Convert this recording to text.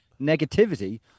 negativity